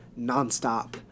nonstop